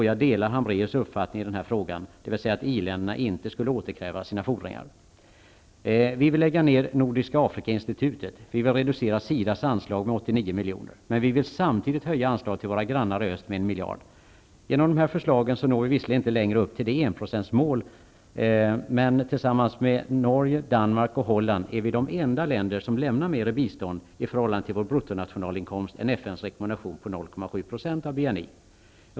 Jag delar hennes uppfattning i denna fråga, dvs. att i-länderna inte skulle återkräva sina fordringar. Vi vill lägga ned Nordiska Afrikainstitutet. Vi vill reducera SIDA:s anslag med 89 milj.kr. Men vi vill samtidigt höja anslaget till våra grannar i öst med 1 miljard kronor. Genom dessa förslag når vi visserligen inte längre upp till enprocentsmålet, men tillsammans med Norge, Danmark och Holland är vi de enda länder som lämnar mer i bistånd i förhållande till vår bruttonationalinkomst än FN:s rekommendation om 0,7 % av BNI.